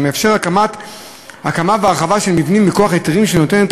אשר מאפשר הקמה והרחבה של מבנים מכוח היתרים שנותנת